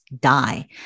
die